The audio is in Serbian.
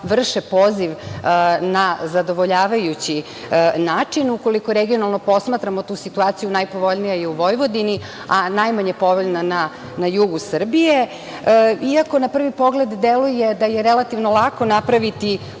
vrše poziv na zadovoljavajući način. Ukoliko regionalno posmatramo tu situaciju, najpovoljnija je u Vojvodini, a najmanje povoljna na jugu Srbije. Iako na prvi pogled deluje da je relativno lako napraviti